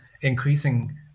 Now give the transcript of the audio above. increasing